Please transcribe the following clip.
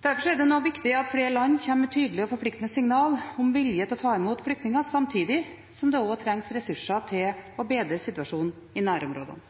Derfor er det nå viktig at flere land kommer med tydelige og forpliktende signaler om vilje til å ta imot flyktninger, samtidig som det også trengs ressurser til å bedre situasjonen i nærområdene.